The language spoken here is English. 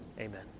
Amen